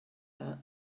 that